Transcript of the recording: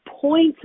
points